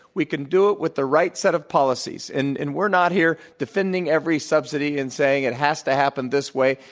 we can do it with the right set of policies. and and we're not here defending every subsidy and saying it has to happen this way,